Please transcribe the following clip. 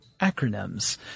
acronyms